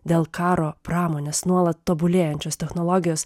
dėl karo pramonės nuolat tobulėjančios technologijos